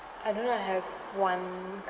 I don't know I have one